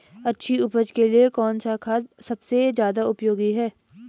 अच्छी उपज के लिए कौन सा खाद सबसे ज़्यादा उपयोगी है?